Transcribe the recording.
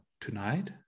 tonight